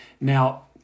Now